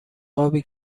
آبی